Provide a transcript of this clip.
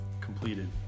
completed